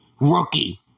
rookie